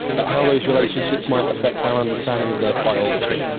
but how those relationships might affect our understanding of their biology.